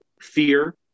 fear